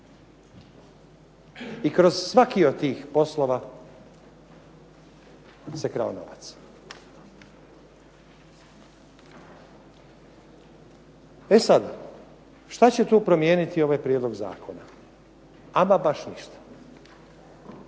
I kroz svaki od tih poslova se krao novac. E sad šta će tu promijeniti ovaj prijedlog zakona? Ama baš ništa,